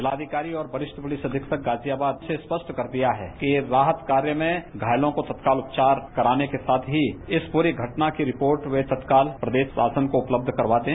जिलाधिकारी और वरिष्ठ पुलिस अधीक्षक गाजियाबाद से स्पष्ट कर दिया है कि ये राहत कार्य में घायलों को तत्काल उपचार कराने के साथ ही इस प्रश्न घटना की रिपोर्ट वे तत्काल प्रदेश शासन को उपलब्ध करवा दें